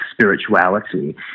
spirituality